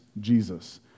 Jesus